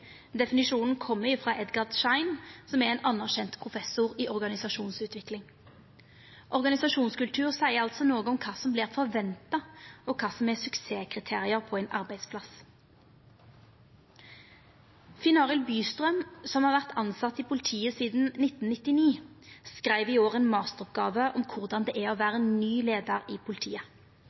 Definisjonen kjem frå Edgar Schein, som er ein anerkjend professor i organisasjonsutvikling. Organisasjonskultur seier altså noko om kva som vert forventa, og kva som er suksesskriterium på ein arbeidsplass. Finn-Arild Bystrøm, som har vore tilsett i politiet sidan 1999, skreiv i år ei masteroppgåve om korleis det er å vera ny leiar i politiet.